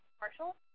Marshall